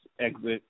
exit